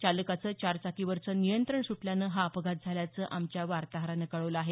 चालकाचं चारचाकीवरचं नियंत्रण सुटल्यानं हा अपघात झाल्याचं आमच्या वार्ताहरानं कळवलं आहे